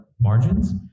margins